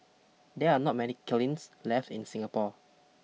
there are not many klins left in Singapore